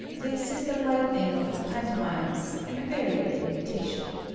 this is the lightning of the pan tomimes, and a very good imitation.